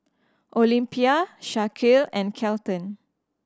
Olympia Shaquille and Kelton